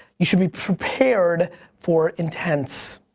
you should be prepared for intense.